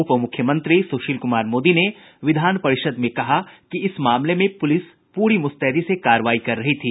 उप मुख्यमंत्री सुशील कुमार मोदी ने विधान परिषद् में कहा कि इस मामले में पुलिस पूरी मुस्तैदी से कार्रवाई कर रही थी